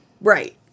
Right